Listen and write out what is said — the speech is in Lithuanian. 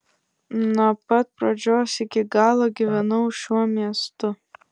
nuo pat pradžios iki galo gyvenau šiuo miestu